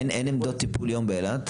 אין עמדות טיפול יום באילת?